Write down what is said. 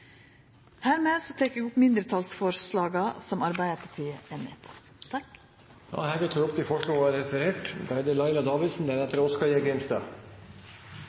Hermed tek eg opp mindretalsforslaga, som Arbeidarpartiet er med på. Representanten Ingrid Heggø har tatt opp